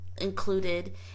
included